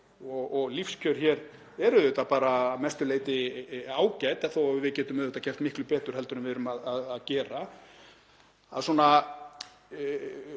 og lífskjör hér eru auðvitað að mestu leyti ágæt þó að við getum auðvitað gert miklu betur heldur en við erum að gera